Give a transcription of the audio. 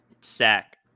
sack